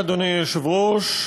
אדוני היושב-ראש,